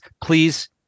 please